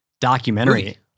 documentary